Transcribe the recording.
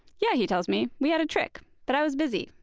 yeah, he tells me, we had a trick, but i was busy,